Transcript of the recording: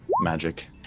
magic